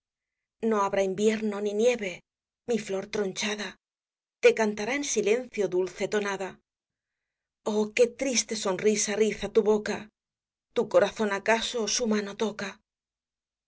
no habrá invierno ni nieve mi flor tronchada te cantará en silencio dulce tonada oh que triste sonrisa riza tu boca tu corazón acaso su mano toca